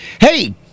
Hey